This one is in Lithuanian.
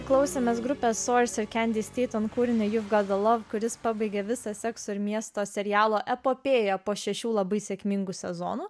klausėmės grupės kuris pabaigė visą sekso ir miesto serialo epopėją po šešių labai sėkmingų sezonų